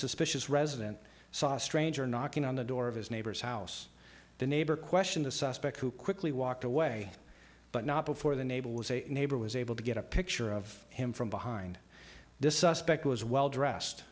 suspicious resident saw a stranger knocking on the door of his neighbor's house the neighbor question the suspect who quickly walked away but not before the neighbor was a neighbor was able to get a picture of him from behind this suspect was well dressed